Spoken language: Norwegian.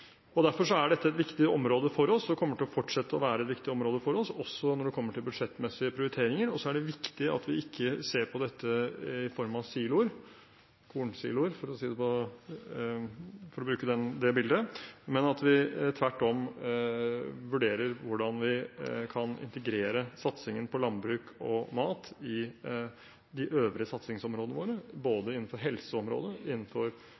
Derfor er dette et viktig område for oss, og det kommer til å fortsette å være et viktig område for oss også når det kommer til budsjettmessige prioriteringer. Så er det viktig at vi ikke ser på dette i form av siloer – kornsiloer, for å bruke det bildet – men at vi tvert om vurderer hvordan vi kan integrere satsingen på landbruk og mat i de øvrige satsingsområdene våre, innenfor